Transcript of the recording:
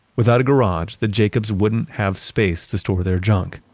without a garage, the jacobs wouldn't have space to store their junk.